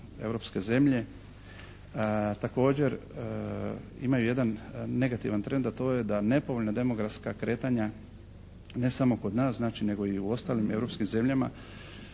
europske zemlje također imaju jedan negativan trend a to je da nepovoljna demografska kretanja ne samo kod nas nego i u ostalim europskim zemljama